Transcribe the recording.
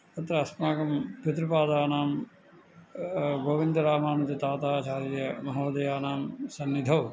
अत्र अस्माकं पितृपादानां गोविन्दरामानुजताताचार्यमहोदयानां सन्निधौ